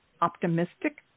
optimistic